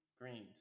greens